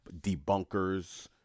debunkers